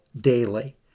daily